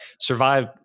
survive